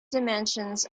dimensions